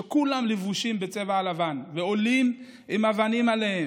כולם לבושים בצבע לבן ועולים עם אבנים עליהם,